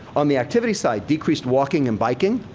on the activity side, decreased walking and biking.